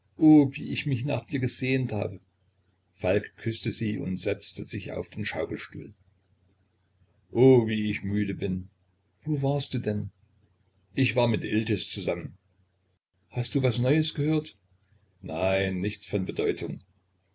wie ich mich nach dir gesehnt habe falk küßte sie und setzte sich auf den schaukelstuhl o wie ich müde bin wo warst du denn ich war mit iltis zusammen hast du was neues gehört nein nichts von bedeutung